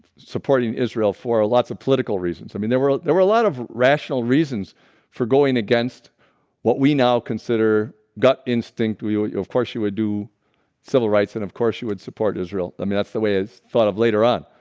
supporting israel for lots of political reasons. i mean there were there were a lot of rational reasons for going against what we now consider gut instinct we of course you would do civil rights, and of course you would support israel. i mean that's the way it's thought of later on,